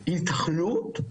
ייתכנות,